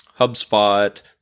HubSpot